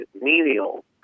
menial